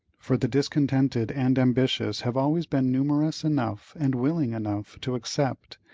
for the discontented and ambitious have always been numerous enough and willing enough to accept,